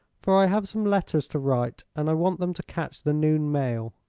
for i have some letters to write and i want them to catch the noon mail.